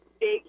big